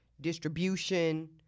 distribution